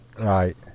right